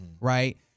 right